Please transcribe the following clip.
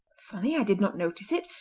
funny i did not notice it.